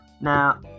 Now